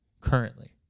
currently